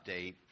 update